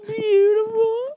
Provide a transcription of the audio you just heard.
beautiful